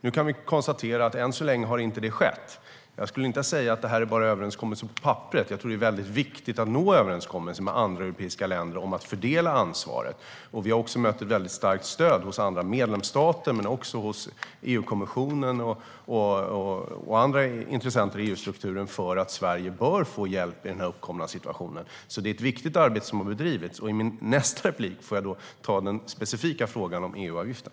Nu kan vi konstatera att än så länge har detta inte skett. Jag skulle inte säga att det här bara är en överenskommelse på papperet; jag tror att det är väldigt viktigt att nå överenskommelser med andra europeiska länder om att fördela ansvaret. Vi har också mött ett väldigt starkt stöd hos andra medlemsstater, EU-kommissionen och andra intressenter i EU-strukturen för att Sverige bör få hjälp i den uppkomna situationen. Det är alltså ett viktigt arbete som har bedrivits. I mitt nästa inlägg får jag besvara den specifika frågan om EU-avgiften.